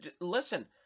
listen